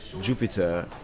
Jupiter